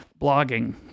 Blogging